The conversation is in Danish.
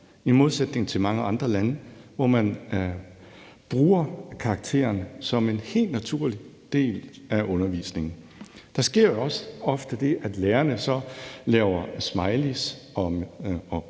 i modsætning til i mange andre lande, hvor man bruger karaktererne som en helt naturlig del af undervisningen. Der sker jo også ofte det, at lærerne laver glade og